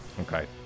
okay